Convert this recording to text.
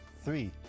three